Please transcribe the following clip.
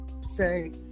Say